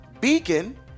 beacon